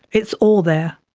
it's all there.